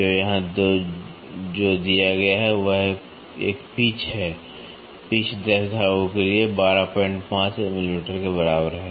तो यहां जो दिया गया है वह एक पिच है पिच 10 धागे के लिए 125 मिलीमीटर के बराबर है